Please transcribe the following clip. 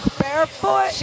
barefoot